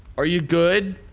are you good?